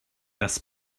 das